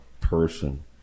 person